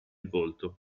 volto